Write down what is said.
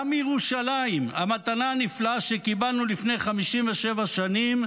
גם מירושלים, המתנה הנפלאה שקיבלנו לפני 57 שנים,